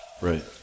Right